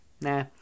Nah